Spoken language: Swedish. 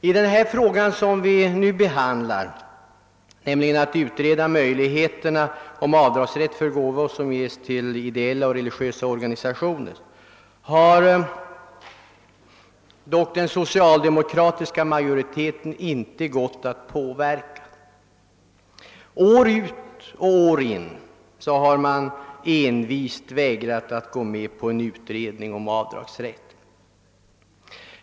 I den fråga som vi nu behandlar — nämligen att utreda möjligheterna om avdragsrätt för gåvor som ges till ideella och religiösa organisationer — har dock den socialdemokratiska majoriteten inte gått att påverka. År ut och år in har man envist vägrat att gå med på en utredning om avdragsrätt.